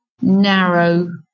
narrow